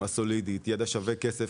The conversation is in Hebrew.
"הסולידית" ו- "ידע שווה כסף",